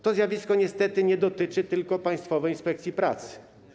To zjawisko niestety nie dotyczy tylko Państwowej Inspekcji Pracy.